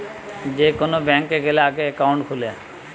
যে কোন ব্যাংকে গ্যালে আগে একাউন্ট খুলে